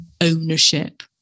ownership